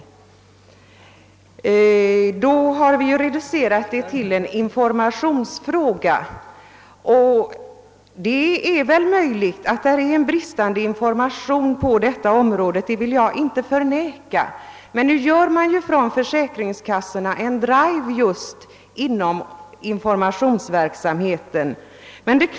Således har det hela reducerats till en informationsfråga. Det är möjligt att informationen på detta område är bristfällig; det vill jag inte förneka. Men nu gör försäkringskassorna en drive just beträffande informationsverksamheten.